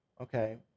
okay